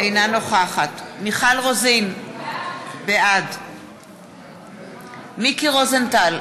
אינה נוכחת מיכל רוזין, בעד מיקי רוזנטל,